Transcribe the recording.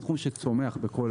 זה תחום שצומח בכל